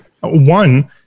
One